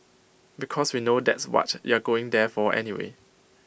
because we know that's what you're going there for anyway